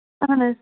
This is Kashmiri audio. اہن حظ